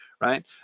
right